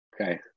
Okay